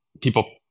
people